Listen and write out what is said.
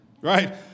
right